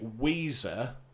Weezer